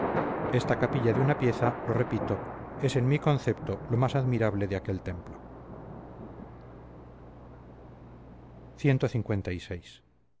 esta capilla de una pieza lo repito es en mi concepto lo más admirable de aquel templo clvi